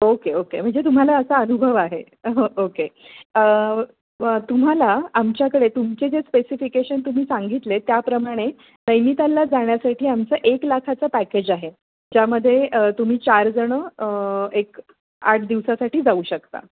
okay okay म्हणजे तुम्हाला असा अनुभव आहे ओके व तुम्हाला आमच्याकडे तुमचे जे स्पेसिफिकेशन तुम्ही सांगितले त्याप्रमाणे नैनितालला जाण्यासाठी आमचं एक लाखाचं पॅकेज आहे ज्यामध्ये तुम्ही चारजणं एक आठ दिवसासाठी जाऊ शकता